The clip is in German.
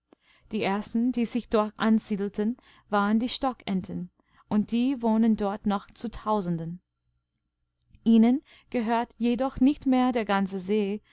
die ersten die sich dort ansiedelten waren die stockenten und die wohnen dort noch zu tausenden ihnen gehört jedoch nicht mehr der ganzesee sie